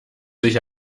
sich